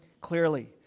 clearly